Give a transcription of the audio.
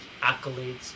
accolades